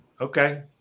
Okay